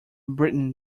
britain